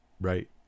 right